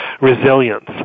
resilience